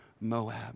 Moab